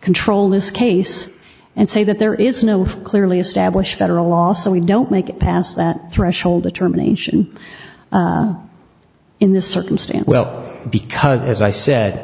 control this case and say that there is no clearly established federal law so we don't make it past that threshold determination in this circumstance well because as i said